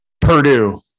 Purdue